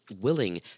willing